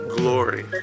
glory